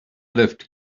lift